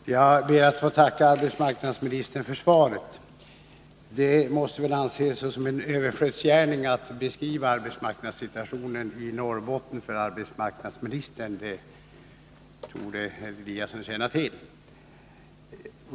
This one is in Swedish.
Herr talman! Jag ber att få tacka arbetsmarknadsministern för svaret. Det måste anses som en överflödsgärning att beskriva arbetsmarknadssituationen i Norrbotten för arbetsmarknadsministern — den torde herr Eliasson känna till.